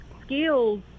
skills